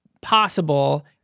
possible